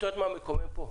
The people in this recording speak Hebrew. הכול מקומם.